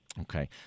Okay